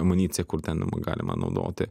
amuniciją kur ten galima naudoti